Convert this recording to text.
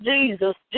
Jesus